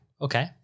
okay